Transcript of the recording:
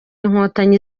inkotanyi